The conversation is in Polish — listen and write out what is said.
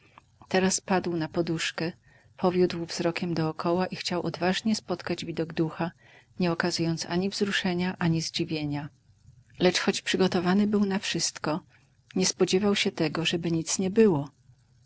teraz padł na poduszkę powiódł wzrokiem dookoła i chciał odważnie spotkać widok ducha nie okazując ani wzruszenia ani zdziwienia lecz choć przygotowany był na wszystko nie spodziewał się tego żeby nic nie było